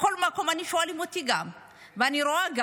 בכל מקום שואלים אותי ואני גם רואה.